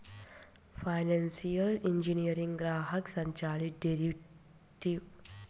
financial engineering ग्राहक संचालित derivative business में बहुत जरूरी भूमिका निभावेला